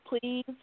please